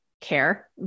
care